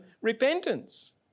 repentance